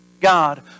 God